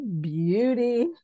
beauty